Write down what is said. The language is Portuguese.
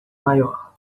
maior